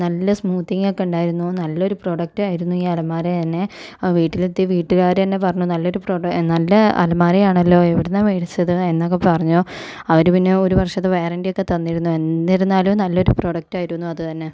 നല്ല സ്മൂത്തിങ്ങൊക്കെ ഉണ്ടായിരുന്നു നല്ലൊരു പ്രോഡക്റ്റ് ആയിരുന്നു ഈ അലമാര തന്നെ വീട്ടിലെത്തിയപ്പോൾ വീട്ടുകാർ തന്നെ പറഞ്ഞു നല്ലൊരു പ്രൊഡാ നല്ല അലമാരയാണല്ലോ എവിടെ നിന്നാണ് മേടിച്ചത് എന്നൊക്കെ പറഞ്ഞു അവർ പിന്നെ ഒരു വർഷത്തെ വാറന്റിയൊക്കെ തന്നിരുന്നു എന്നിരുന്നാലും നല്ലൊരു പ്രൊഡക്റ്റ് ആയിരുന്നു അത് തന്നെ